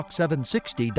760